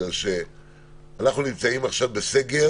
אנחנו נמצאים עכשיו בסגר